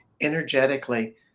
energetically